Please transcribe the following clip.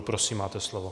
Prosím, máte slovo.